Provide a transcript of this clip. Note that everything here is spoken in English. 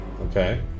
Okay